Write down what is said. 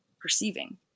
perceiving